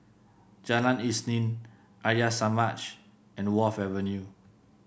Jalan Isnin Arya Samaj and Wharf Avenue